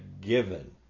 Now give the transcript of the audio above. given